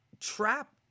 trap